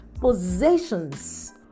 Possessions